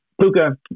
Puka